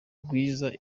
rwiza